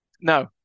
No